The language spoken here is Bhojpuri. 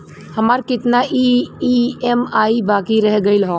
हमार कितना ई ई.एम.आई बाकी रह गइल हौ?